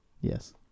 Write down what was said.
Yes